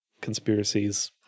conspiracies